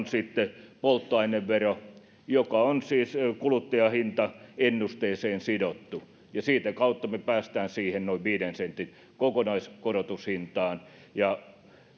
sitten polttoainevero joka on siis kuluttajahintaennusteeseen sidottu sen kautta me pääsemme siihen noin viiden sentin kokonaiskorotushintaan